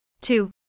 Two